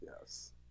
Yes